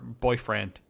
boyfriend